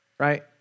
right